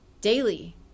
daily